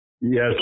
Yes